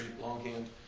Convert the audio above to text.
longhand